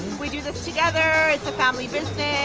we do this together it's a family business